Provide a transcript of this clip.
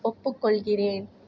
ஒப்புக்கொள்கிறேன்